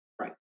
Right